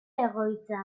egoitza